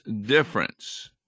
difference